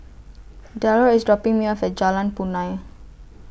Darrel IS dropping Me off At Jalan Punai